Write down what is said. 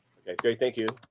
great, thank you.